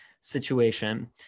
situation